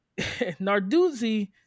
Narduzzi